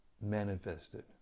manifested